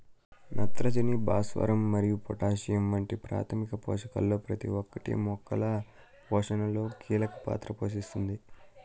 నత్రజని, భాస్వరం మరియు పొటాషియం వంటి ప్రాథమిక పోషకాలలో ప్రతి ఒక్కటి మొక్కల పోషణలో కీలక పాత్ర పోషిస్తుంది